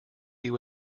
you